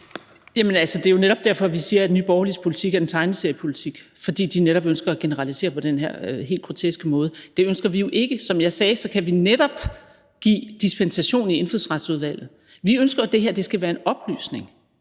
det er jo derfor, vi siger, at Nye Borgerliges politik er en tegneseriepolitik, fordi de netop ønsker at generalisere på den her helt groteske måde. Det ønsker vi jo ikke. Som jeg sagde, kan vi netop give dispensation i Indfødsretsudvalget. Vi ønsker, at det her skal være en oplysning,